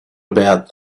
about